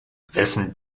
wessen